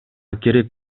керек